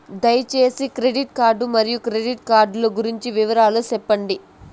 దయసేసి credit card మరియు credit card లు గురించి వివరాలు సెప్పండి?